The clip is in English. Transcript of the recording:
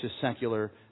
secular